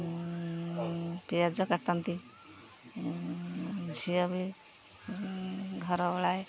ପିଆଜ କାଟନ୍ତି ଝିଅ ବି ଘର ଓଳାଏ